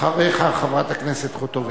אחריך, חברת הכנסת חוטובלי.